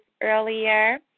earlier